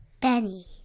Benny